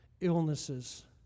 illnesses